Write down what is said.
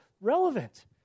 relevant